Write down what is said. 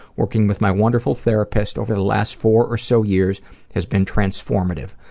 working with my wonderful therapist over the last four or so years has been transformative.